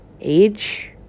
Age